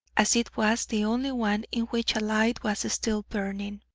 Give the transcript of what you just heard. as it was the only one in which a light was still burning.